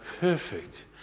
perfect